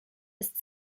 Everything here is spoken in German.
ist